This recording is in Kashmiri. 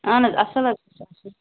اَہَن حظ اَصٕل حظ